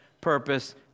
purpose